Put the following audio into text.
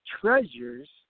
treasures